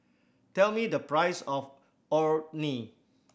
tell me the price of Orh Nee